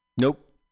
nope